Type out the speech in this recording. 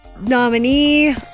nominee